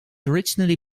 originally